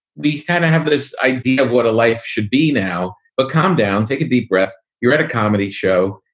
we kind of have this idea of what a life should be now, but calm down, take a deep breath. you're at a comedy show.